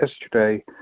yesterday